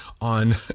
on